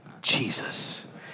Jesus